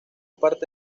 parte